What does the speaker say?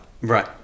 Right